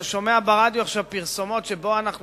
אתה שומע ברדיו עכשיו פרסומות שבהן אנחנו